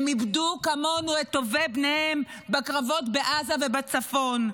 הם איבדו כמונו את טובי בניהם בקרבות בעזה ובצפון.